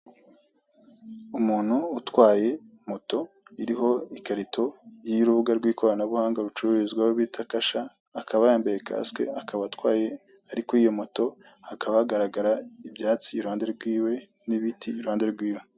Umuntu utwaye moto iriho ikarito y'urubuga rw'ikoranabuhanga rucururizwaho bita kasha akaba yambaye kasike akaba atwaye ari kuri iyi moto hakaba hagaragara ibyatsi iruhande rwiwe n'ibiti iruhande rwiwe.